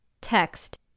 text